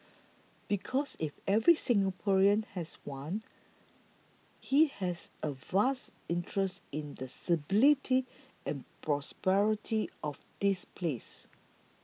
because if every Singaporean has one he has a vested interest in the stability and prosperity of this place